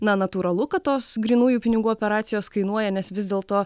na natūralu kad tos grynųjų pinigų operacijos kainuoja nes vis dėlto